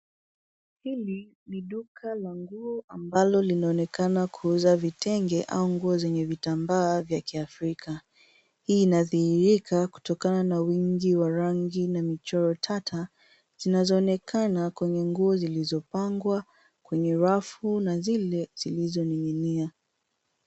Hili ni duka la nguo ambalo linaonekana kuuza vitenge au nguo zenye vitambaa vya kiafrika. Hii inadhihirika kutokana na wingi wa rangi na michoro tata, zinazoonekana kwenye nguo zilizopangwa kwenye rafu na zile zilizoning'inia.